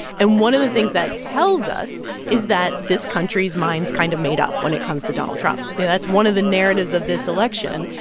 and one of the things that tells us is that this country's minds' kind of made up when it comes to donald trump. you know, that's one of the narratives of this election.